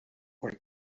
per